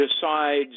decides